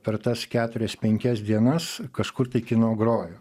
per tas keturias penkias dienas kažkur tai kino grojo